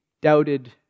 doubted